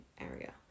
area